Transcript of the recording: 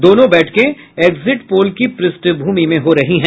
दोनों बैठकें exit poll की पृष्ठभूमि में हो रही हैं